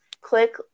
click